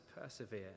persevere